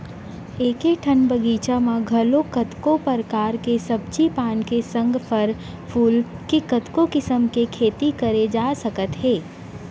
एके ठन बगीचा म घलौ कतको परकार के सब्जी पान के संग फर फूल के कतको किसम के खेती करे जा सकत हे